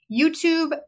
YouTube